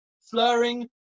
slurring